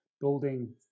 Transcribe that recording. building